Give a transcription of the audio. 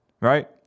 Right